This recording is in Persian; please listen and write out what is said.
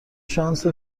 شانس